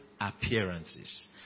appearances